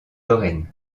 lorraine